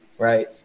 right